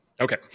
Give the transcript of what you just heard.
Okay